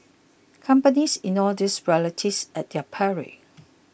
companies ignore these realities at their peril